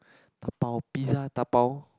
dabao pizza dabao